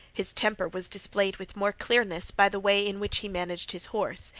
his temper was displayed with more clearness by the way in which he managed his horse.